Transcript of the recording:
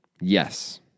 Yes